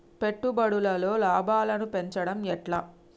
పెట్టుబడులలో లాభాలను పెంచడం ఎట్లా?